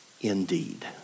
indeed